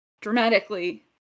dramatically